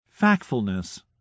Factfulness